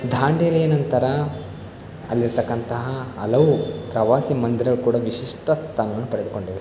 ದಾಂಡೇಲಿಯ ನಂತರ ಅಲ್ಲಿರತಕ್ಕಂತಹ ಹಲವು ಪ್ರವಾಸಿ ಮಂದಿರವು ಕೂಡ ವಿಶಿಷ್ಟ ಸ್ಥಾನವನ್ನು ಪಡೆದುಕೊಂಡಿದೆ